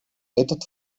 этот